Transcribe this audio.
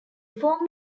form